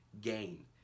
gain